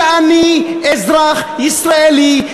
שאני אזרח ישראלי,